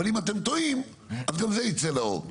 אבל אם אתם טועים אז גם זה ייצא לאור.